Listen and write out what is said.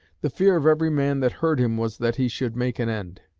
the fear of every man that heard him was that he should make an end.